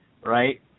right